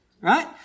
right